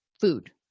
food